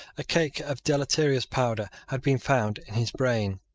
a cake of deleterious powder had been found in his brain.